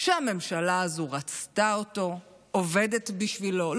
שהממשלה הזו רצתה אותו, עובדת בשבילו.